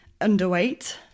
underweight